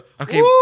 okay